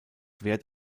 wert